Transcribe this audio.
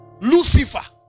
Lucifer